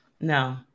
No